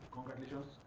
Congratulations